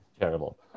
Terrible